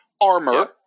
Armor